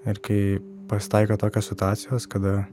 ir kai pasitaiko tokios situacijos kada